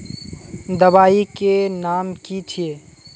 दबाई के नाम की छिए?